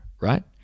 right